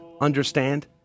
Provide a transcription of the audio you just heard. understand